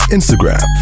Instagram